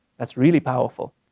that's really powerful.